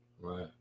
right